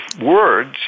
words